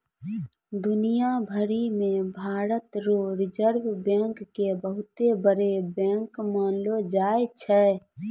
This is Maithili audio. दुनिया भरी मे भारत रो रिजर्ब बैंक के बहुते बड़ो बैंक मानलो जाय छै